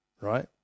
right